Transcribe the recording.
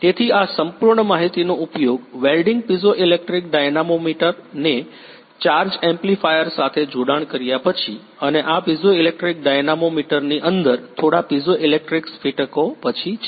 તેથી આ સંપૂર્ણ માહિતીનો ઉપયોગ વેલ્ડીંગ પિઝોઇલેક્ટ્રિક ડાયનામોમીટર ને ચાર્જ એમ્પ્લીફાયર સાથે જોડાણ કર્યા પછી અને આ પીઝોઇલેક્ટ્રિક ડાયનામોમીટરની અંદર થોડા પીઝોઇલેક્ટ્રિક સ્ફટિકો પછી છે